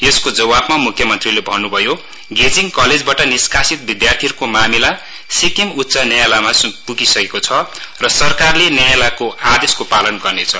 यसको जवाफमा म्ख्यमन्त्रीले भन्न्भयो गेजिङ कलेजबाट निस्कासित विद्यार्थीहरुको मामिला सिक्किम उच्च न्यायलयमा प्गिसकेको छ र सरकारले न्यायालयको आदेशको पालन गर्नेछ